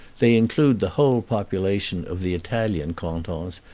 they include the whole population of the italian cantons,